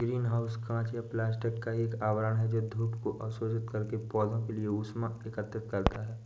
green house कांच या plastic का एक आवरण है जो धूप को अवशोषित करके पौधों के लिए ऊष्मा एकत्रित करता है